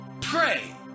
Pray